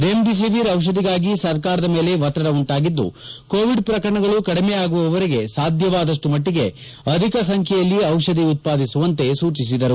remdesivir ದಿಷಧಿಗಾಗಿ ಸರ್ಕಾರದ ಮೇಲೆ ಒತ್ತಡ ಉಂಟಾಗಿದ್ದು ಕೋಎಡ್ ಪ್ರಕರಣಗಳು ಕಡಿಮೆ ಆಗುವವರೆಗೆ ಸಾಧ್ಯವಾದಷ್ಟು ಮಟ್ಟಗೆ ಅಧಿಕ ಸಂಖ್ಯೆಯಲ್ಲಿ ಟಿಪದಿ ಉತ್ಪಾದಿಸುವಂತೆ ಸೂಚಿಸಿದರು